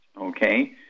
okay